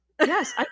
Yes